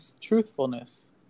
truthfulness